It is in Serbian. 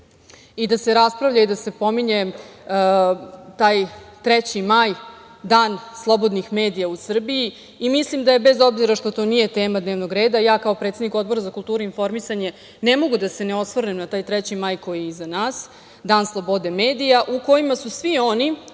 i da se raspravlja i da se pominje taj 3. maj, dan slobodnih medija u Srbiji i mislim da je bez obzira što to nije tema dnevnog reda ja kao predsednik Odbora za kulturu i informisanje ne mogu da se ne osvrnem na taj 3. maj koji je iza nas, dan slobode medija, u kojima su svi oni